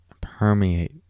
permeate